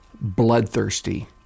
bloodthirsty